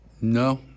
No